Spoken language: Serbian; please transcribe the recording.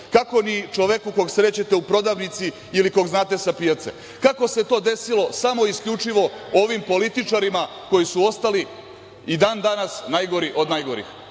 Kako ni čoveku kog srećete u prodavnici ili kog znate sa pijace? Kako se to desilo samo i isključivo ovim političarima, koji su ostali i dan-danas najgori od najgorih? Svaki